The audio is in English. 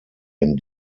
all